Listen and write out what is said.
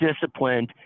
disciplined